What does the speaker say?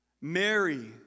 Mary